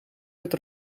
het